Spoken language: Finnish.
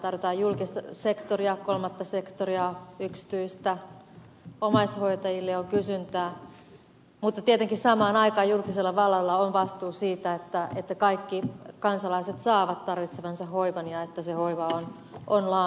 tarvitaan julkista sektoria kolmatta sektoria yksityistä omaishoitajille on kysyntää mutta tietenkin samaan aikaan julkisella vallalla on vastuu siitä että kaikki kansalaiset saavat tarvitsevansa hoivan ja että se hoiva on laadukasta